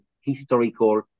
historical